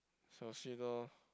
Xiao Xi lor